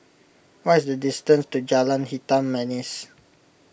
what is the distance to Jalan Hitam Manis